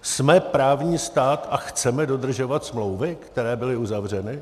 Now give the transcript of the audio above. Jsme právní stát a chceme dodržovat smlouvy, které byly uzavřeny?